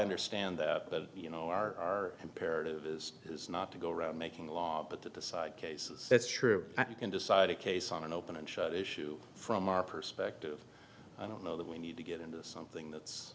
understand that but you know our imperative is is not to go around making a law but at the side cases that's true you can decide a case on an open and shut issue from our perspective i don't know that we need to get into something that's